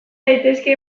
daitezke